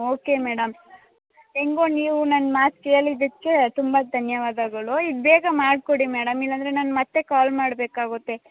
okay madam ಹೆಂಗೋ ನೀವು ನನ್ನ ಮಾತು ಕೇಳಿದಕ್ಕೆ ತುಂಬ ಧನ್ಯವಾದಗಳು ಈಗ ಬೇಗ ಮಾಡಿಕೊಡಿ ಮೇಡಮ್ ಇಲ್ಲಂದ್ರೆ ನಾನು ಮತ್ತು ಕಾಲ್ ಮಾಡಬೇಕಾಗುತ್ತೆ